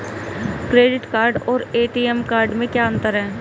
Credit card और ATM card में क्या अंतर है?